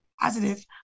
positive